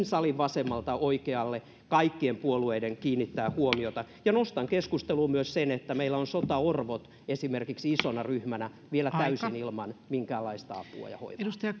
salin vasemmalta oikealle yhdessä kaikkien puolueiden kiinnittää huomiota ja nostan keskusteluun myös sen että meillä on esimerkiksi sotaorvot isona ryhmänä vielä täysin ilman minkäänlaista apua ja